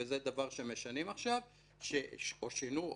וזה דבר שמשנים עכשיו או שינו,